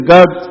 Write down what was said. God